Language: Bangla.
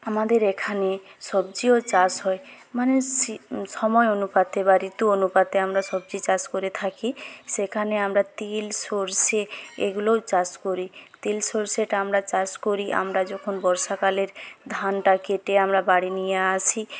আমাদের এখানে সবজিও চাষ হয় মানে সময়ের অনুপাতে বা ঋতু অনুপাতে আমরা সবজি চাষ করে থাকি সেখানে আমরা তিল সর্ষে এগুলোও চাষ করি তিল সর্ষেটা আমরা চাষ করি আমরা যখন বর্ষাকালের ধানটা কেটে আমরা বাড়ি নিয়ে আসি